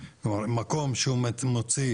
כדאי להבהיר שאנחנו לא מדברים על הלולים,